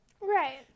Right